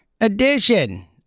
edition